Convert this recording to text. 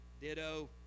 Ditto